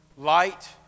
Light